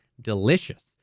delicious